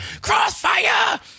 Crossfire